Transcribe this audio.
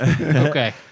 Okay